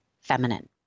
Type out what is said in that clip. feminine